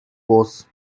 boss